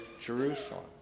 Jerusalem